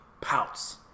pouts